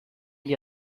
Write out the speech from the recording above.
gli